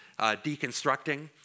deconstructing